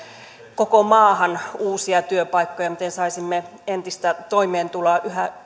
koko maahan uusia työpaikkoja miten saisimme entistä toimeentuloa yhä